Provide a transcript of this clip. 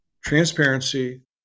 transparency